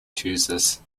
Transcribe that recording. chooses